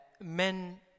Men